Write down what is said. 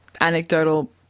anecdotal